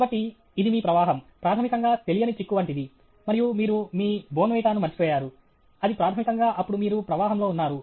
కాబట్టి ఇది మీ ప్రవాహం ప్రాథమికంగా తెలియని చిక్కు వంటిది మరియు మీరు మీ బోర్న్విటాను మరచిపోయారు అది ప్రాథమికంగా అప్పుడు మీరు ప్రవాహంలో ఉన్నారు